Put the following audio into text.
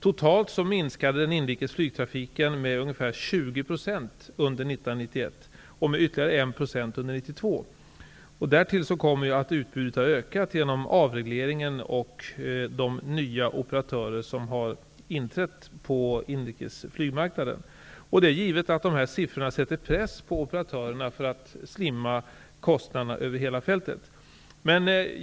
Totalt minskade den inrikes flygtrafiken med ungefär 20 % under 1991 och med ytterligare 1 % under 1992. Därtill kommer att utbudet har ökat genom avregleringen och med de nya operatörer som har inträtt på den inrikes flygmarknaden. Det är givet att dessa siffror sätter press på operatörerna att minska kostnaderna över hela fältet.